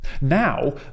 Now